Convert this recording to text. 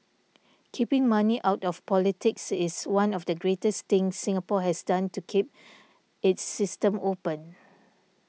keeping money out of politics is one of the greatest things Singapore has done to keep its system open